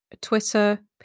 Twitter